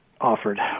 offered